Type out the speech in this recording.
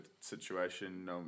situation